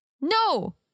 No